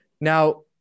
Now